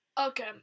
Okay